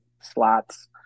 slots